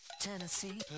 Tennessee